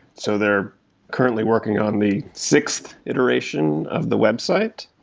so, they're currently working on me sixth iteration of the website.